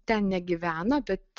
ten negyvena bet